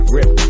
Rip